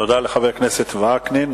תודה לחבר הכנסת וקנין.